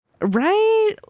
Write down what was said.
Right